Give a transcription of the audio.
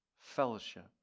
fellowship